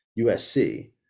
USC